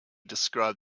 described